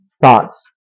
thoughts